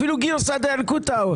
אפילו גרסא דינקותא.